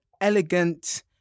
elegant